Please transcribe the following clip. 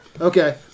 Okay